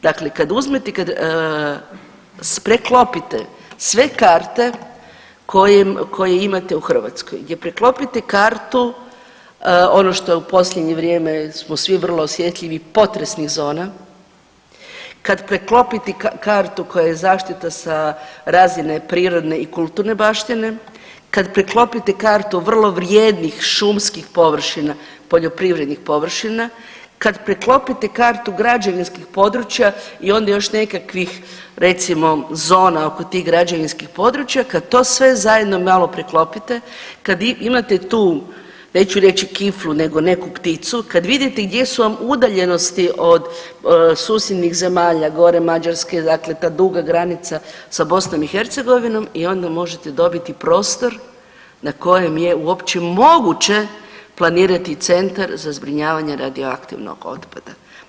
Dakle, kad uzmete i kad preklopite sve karte koje imate u Hrvatskoj, gdje preklopite kartu, ono što je u posljednje vrijeme smo svi vrlo osjetljivi, potresnih zona, kad preklopite kartu koja je zaštita sa razine sa prirodne i kulturne baštine, kad preklopite kartu vrlo vrijednih šumskih površina, poljoprivrednih površina, kad preklopite kartu građevinskih područja i onda još nekakvih recimo zona oko tih građevinskih područja, kad to sve zajedno malo preklopite, kad imate tu, neću reći kiflu, nego neku pticu, kad vidite gdje su vam udaljenosti od susjednih zemalja, gore Mađarske, dakle ta duga granica sa Bosnom i Hercegovinom i onda možete dobiti prostor na kojem je uopće moguće planirati Centar za zbrinjavanje radioaktivnog otpada.